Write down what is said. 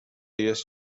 jest